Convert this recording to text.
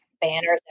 Banners